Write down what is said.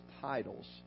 titles